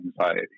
anxiety